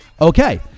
Okay